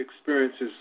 experiences